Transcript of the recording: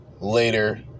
later